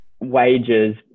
wages